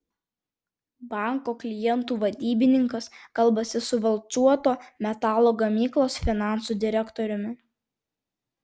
banko klientų vadybininkas kalbasi su valcuoto metalo gamyklos finansų direktoriumi